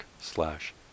slash